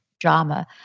drama